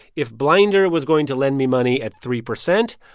if blinder was going to lend me money at three percent,